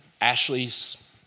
Ashley's